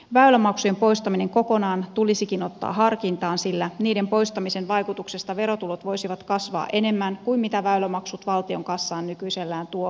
väylämaksujen poistaminen kokonaan tulisikin ottaa harkintaan sillä niiden poistamisen vaikutuksesta verotulot voisivat kasvaa enemmän kuin mitä väylämaksut valtion kassaan nykyisellään tuovat